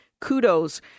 Kudos